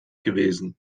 gewesen